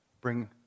bring